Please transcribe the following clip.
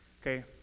Okay